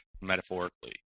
metaphorically